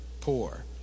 poor